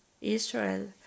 Israel